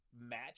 match